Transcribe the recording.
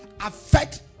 affect